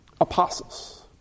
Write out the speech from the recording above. apostles